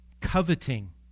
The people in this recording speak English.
Coveting